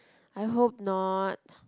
I hope not